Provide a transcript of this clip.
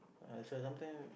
ah so sometime